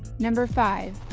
number five